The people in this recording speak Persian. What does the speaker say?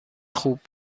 خوب